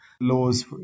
Laws